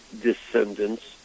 descendants